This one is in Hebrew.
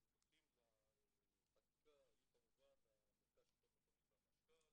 בשותפים לחקיקה היו כמובן המרכז השלטון המקומי והמשכ"ל,